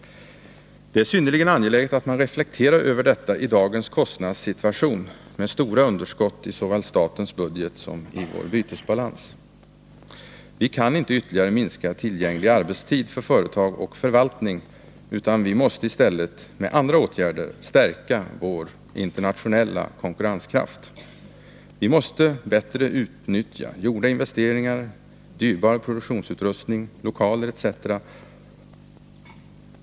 Det är synnerligen angeläget att man reflekterar över detta i dagens kostnadssituation med stora underskott såväl i statens budget som i vår handelsbalans. Nr 36 Vi kan inte ytterligare minska tillgänglig arbetstid för företag och förvaltning, utan vi måste i stället med andra åtgärder stärka vår internationella konkurrenskraft. Vi måste bättre utnyttja gjorda investeringar, dyrbar produktionsutrustning, lokaler etc.